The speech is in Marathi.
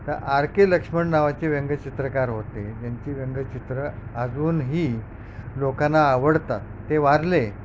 तर आर के लक्ष्मण नावाचे व्यंगचित्रकार होते ज्यांची व्यंगचित्रं अजूनही लोकांना आवडतात ते वारले